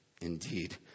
Indeed